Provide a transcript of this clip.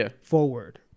forward